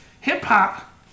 Hip-Hop